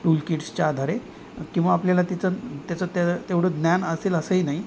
tool किट्सच्या आधारे किंवा आपल्याला तिचं त्याचं ते तेवढं ज्ञान असेल असंही नाही